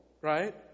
right